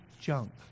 junk